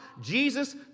Jesus